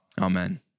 Amen